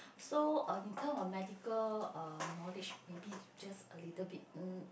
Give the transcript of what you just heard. so uh in term of medical uh knowledge maybe just a little bit um